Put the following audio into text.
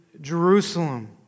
Jerusalem